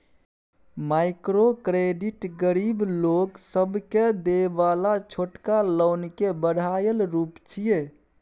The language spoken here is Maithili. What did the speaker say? माइक्रो क्रेडिट गरीब लोक सबके देय बला छोटका लोन के बढ़ायल रूप छिये